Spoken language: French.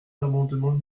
l’amendement